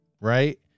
right